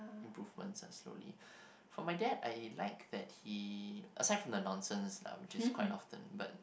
improvements ah slowly for my dad I like that he aside from the nonsense lah which is quite often but